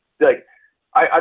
like—I